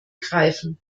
greifen